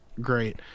great